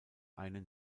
einen